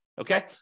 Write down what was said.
okay